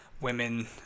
women